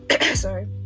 sorry